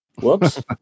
Whoops